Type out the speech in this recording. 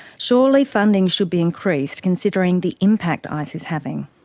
surely funding should be increased, considering the impact ice is having?